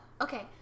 Okay